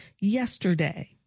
yesterday